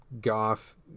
goth